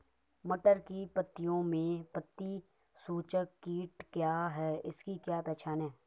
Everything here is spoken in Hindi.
मटर की पत्तियों में पत्ती चूसक कीट क्या है इसकी क्या पहचान है?